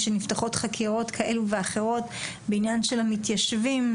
כשנפתחות חקירות כאלה ואחרות בעניין של המתיישבים,